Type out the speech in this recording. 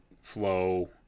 flow